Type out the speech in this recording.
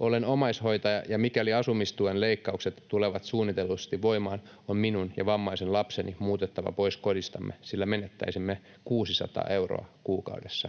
”Olen omaishoitaja, ja mikäli asumistuen leikkaukset tulevat suunnitellusti voimaan, on minun ja vammaisen lapseni muutettava pois kodistamme, sillä menettäisimme 600 euroa kuukaudessa.”